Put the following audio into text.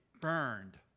burned